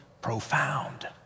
profound